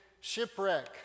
shipwreck